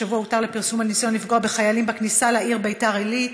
השבוע הותר לפרסום על ניסיון לפגוע בחיילים בכניסה לעיר בית"ר עילית.